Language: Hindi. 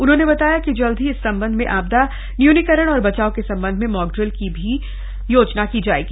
उन्होंने बताया कि जल्द ही इस संबंध में आपदा न्यूनीकरण और बचाव के संबंध में मॉक ड़िल भी की जाएगी